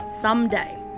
Someday